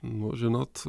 nu žinot